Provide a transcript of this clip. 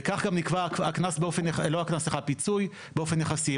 וכך גם הפיצוי באופן יחסי,